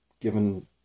given